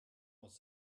aus